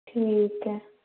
ठीक ऐ